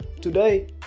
today